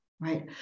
right